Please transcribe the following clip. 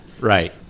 Right